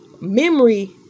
memory